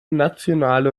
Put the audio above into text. national